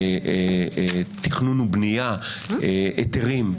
תכנון ובנייה, היתרים,